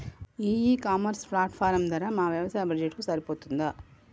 ఈ e commerce platform ధర మా వ్యవసాయ బడ్జెట్ కు సరిపోతుందా?